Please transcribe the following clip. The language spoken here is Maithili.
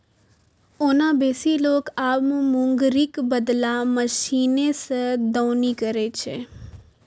ओना बेसी लोक आब मूंगरीक बदला मशीने सं दौनी करै छै